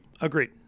Agreed